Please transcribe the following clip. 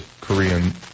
Korean